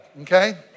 okay